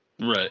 Right